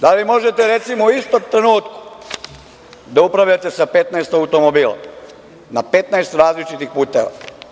Da li možete, recimo, u istom trenutku da upravljate sa 15 automobila na 15 različitih puteva?